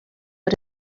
but